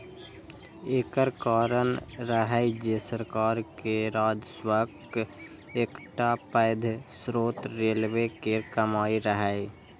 एकर कारण रहै जे सरकार के राजस्वक एकटा पैघ स्रोत रेलवे केर कमाइ रहै